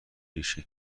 ریشه